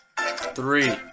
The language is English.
Three